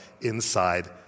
inside